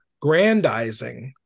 grandizing